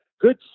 good